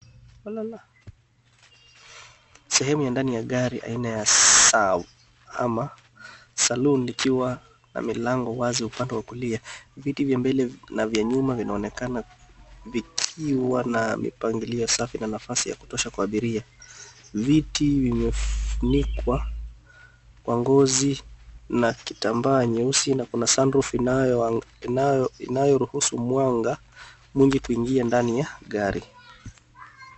Sehemu ya ndani ya gari aina ya sau ama saloon ikiwa na milango wazi upande wa kulia viti vya mbele na nyuma vina onekana vikiwa na mipangilio safi na ya kutosha kutoka kwa abiria, viti vimefunikwa kwa ngozi na kitambaa nyeusi na kuna sunroof inayoruhusu mwanga mwingi kuingia ndani ya gari.